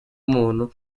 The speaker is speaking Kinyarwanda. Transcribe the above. umuntu